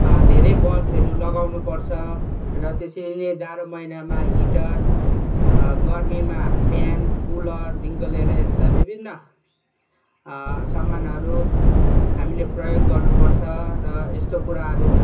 धेरै बल्बहरू लगाउनु पर्छ र त्यसरी नै जाडो महिनामा हिटर गर्मीमा फेन कुलरदेखिनको लिएर यस्ता विभिन्न सामानहरू हामीले प्रयोग गर्नुपर्छ र यस्तो कुराहरू